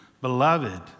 beloved